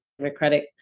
democratic